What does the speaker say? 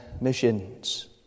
missions